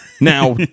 now